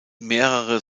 mehrere